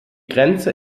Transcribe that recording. grenze